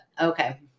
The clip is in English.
okay